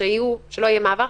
שלא יהיה מעבר,